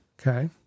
Okay